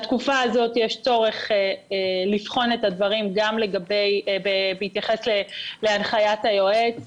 בתקופה הזאת יש צורך לבחון את הדברים גם בהתייחס להנחיית היועץ.